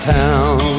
town